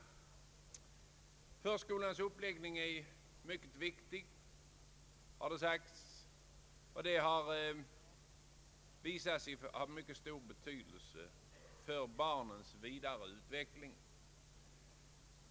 Det har sagts att förskolans uppläggning är mycket viktig och att den har visat sig vara av stor betydelse för barnens vidareutveckling.